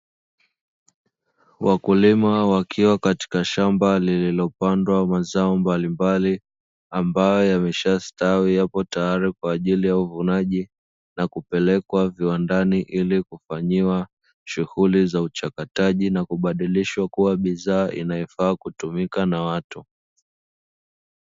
Wakulima wakiwa katika shamba lililopandwa mazao mbalimbali ambayo yameshastawi, yapo tayari kwa ajili ya uvunaji na kupelekwa viwandani ili kufanyiwa shughuli za uchakataji na kubadilishwa, kuwa bidhaa inayofaa kutumika na watu.